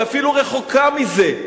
היא אפילו רחוקה מזה,